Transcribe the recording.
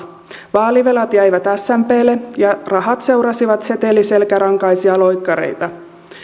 vaalivelat jäivät smplle ja rahat seurasivat seteliselkärankaisia loikkareita